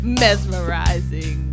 mesmerizing